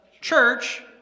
church